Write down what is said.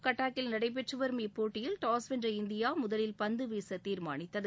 கட்டாக்கில் நடைபெற்று வரும் இப்போட்டியில் டாஸ் வென்ற இந்தியா முதலில் பந்து வீச தீர்மானித்தது